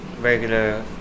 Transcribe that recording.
regular